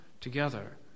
together